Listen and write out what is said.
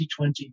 2020